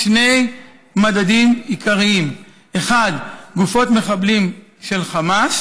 לשני מדדים עיקריים: גופות מחבלים של חמאס